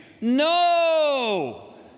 No